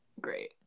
Great